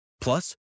Plus